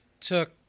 took